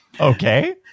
Okay